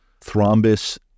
thrombus